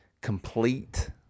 complete